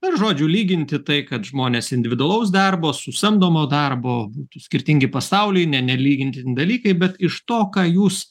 ir žodžiu lyginti tai kad žmonės individualaus darbo su samdomo darbo būtų skirtingi pasauliai ne nelygintini dalykai bet iš to ką jūs